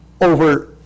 over